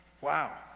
Wow